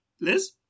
Liz